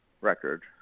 record